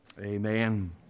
Amen